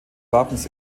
wappens